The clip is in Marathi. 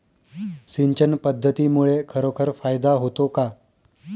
सिंचन पद्धतीमुळे खरोखर फायदा होतो का?